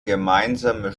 gemeinsame